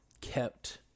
kept